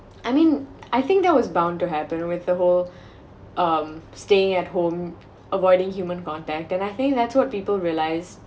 I mean I think there was bound to happen with the whole um staying at home avoiding human contact and I think that's what people realize